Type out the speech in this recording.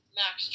max